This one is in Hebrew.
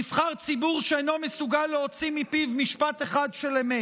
נבחר ציבור שאינו מסוגל להוציא מפיו משפט אחד של אמת,